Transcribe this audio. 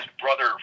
brother